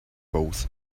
both